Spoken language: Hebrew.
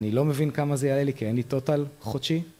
אני לא מבין כמה זה יעלה לי כי אין לי total חודשי